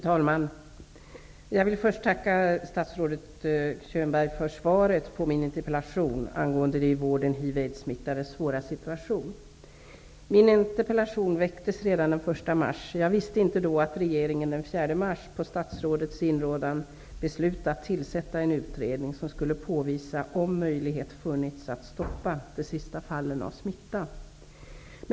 Fru talman! Jag vill först tacka statsrådet Könberg för svaret på min interpellation angående de i vården hiv/aids-smittades svåra situation. Min interpellation väcktes redan den 1 mars. Jag visste inte då att regeringen den 4 mars på statsrådets inrådan beslutat tillsätta en utredning, som skulle påvisa om möjlighet funnits att stoppa de sista fallen av smitta.